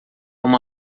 uma